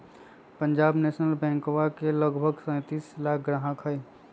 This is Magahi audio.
पंजाब नेशनल बैंकवा के लगभग सैंतीस लाख ग्राहक हई